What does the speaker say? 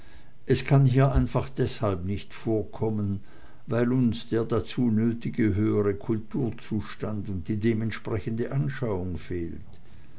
es kann hier einfach deshalb nicht vorkommen weil uns der dazu nötige höhere kulturzustand und die dem entsprechende anschauung fehlt